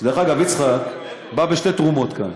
דרך אגב, יצחק בא בשתי תרומות כאן: